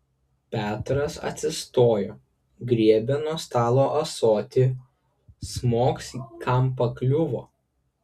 petras atsistojo griebė nuo stalo ąsotį smogs kam pakliuvo